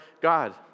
God